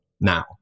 now